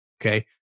Okay